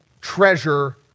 treasure